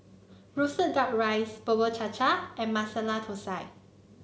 roasted duck rice Bubur Cha Cha and Masala Thosai